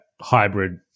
hybrid